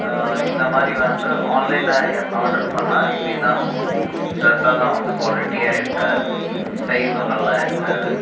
இந்தமாதிரி வந்து ஆன்லைல்னில் ஆர்டர் பண்ணா இப்படிதான் ட்ரெஸ் எல்லாம் வந்து குவாலிட்டியாக இருக்காது சைஸும் நல்லா இருக்காது